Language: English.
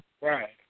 Right